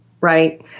right